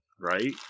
right